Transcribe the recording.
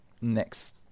next